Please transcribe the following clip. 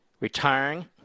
retiring